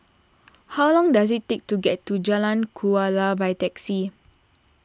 how long does it take to get to Jalan Kuala by taxi